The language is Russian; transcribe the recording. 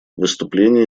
выступление